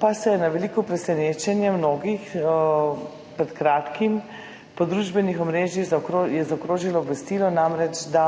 pa je na veliko presenečenje mnogih pred kratkim po družbenih omrežjih zaokrožilo obvestilo, da